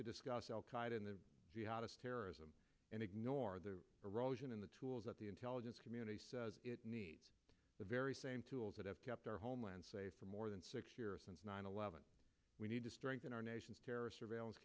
the jihadist terrorism and ignore the erosion in the tools that the intelligence community says it needs the very same tools that have kept our homeland safe for more than six years since nine eleven we need to strengthen our nation's terror surveillance